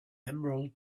emerald